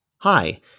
Hi